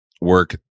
work